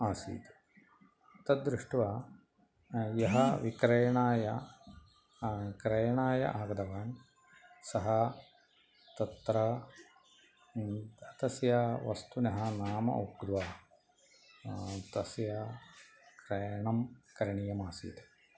आसीत् तद्दृष्ट्वा यः विक्रयणाय क्रयणाय आगतवान् सः तत्र तस्य वस्तुनः नाम उक्त्वा तस्य क्रयणं करणीयमासीत्